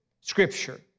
scripture